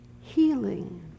healing